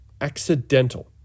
accidental